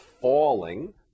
falling